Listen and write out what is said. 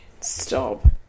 stop